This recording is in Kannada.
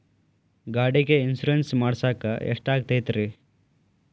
ಗಾಡಿಗೆ ಇನ್ಶೂರೆನ್ಸ್ ಮಾಡಸಾಕ ಎಷ್ಟಾಗತೈತ್ರಿ?